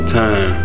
time